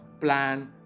plan